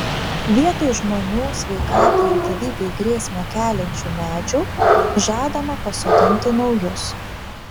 vietoj žmonių sveikatai ir gyvybei grėsmę keliančių medžių žadama pasodinti naujus